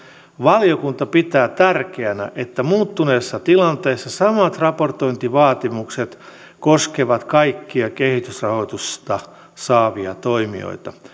valiokunta pitää tärkeänä että muuttuneessa tilanteessa samat raportointivaatimukset koskevat kaikkia kehitysrahoitusta saavia toimijoita